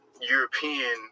European